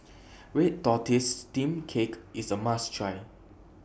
Red Tortoise Steamed Cake IS A must Try